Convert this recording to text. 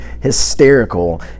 hysterical